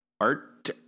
art